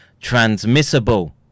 transmissible